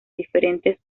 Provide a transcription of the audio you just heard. diferentes